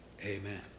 Amen